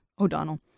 O'Donnell